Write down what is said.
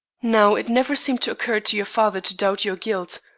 now it never seemed to occur to your father to doubt your guilt.